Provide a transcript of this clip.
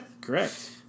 Correct